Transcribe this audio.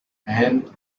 and